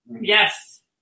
Yes